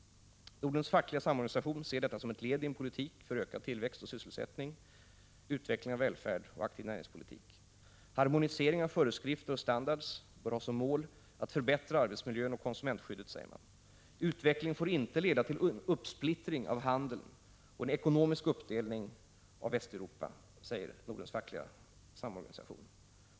Nordens fackliga samorganisation ser detta som ett led i en politik för ökad tillväxt och sysselsättning, utveckling av välfärd och aktiv näringspolitik. Harmonisering av föreskrifter och standarder bör ha som mål att förbättra arbetsmiljön och konsumentskyddet, säger man. Utvecklingen får inte leda till uppsplittring av handeln och en ekonomisk uppdelning av Västeuropa, säger Nordens fackliga samorganisation.